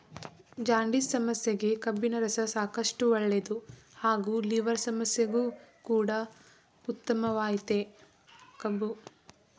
jaundice ಸಮಸ್ಯೆಗೆ ಕಬ್ಬಿನರಸ ಸಾಕಷ್ಟು ಒಳ್ಳೇದು ಹಾಗೂ ಲಿವರ್ ಸಮಸ್ಯೆಗು ಕೂಡ ಉತ್ತಮವಾಗಯ್ತೆ ಕಬ್ಬು